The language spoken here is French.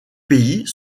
pays